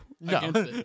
no